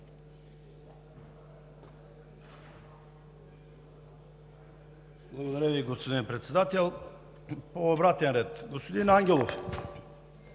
Благодаря Ви, господин Председател. По обратен ред. Господин Ангелов,